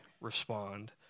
respond